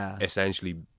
essentially